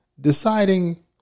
deciding